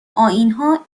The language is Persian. آئینها